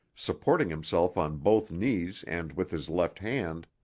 supporting himself on both knees and with his left hand,